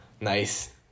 nice